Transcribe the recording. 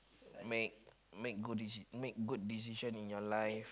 make make good make good decisions in your life